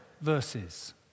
verses